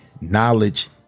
knowledge